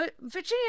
Virginia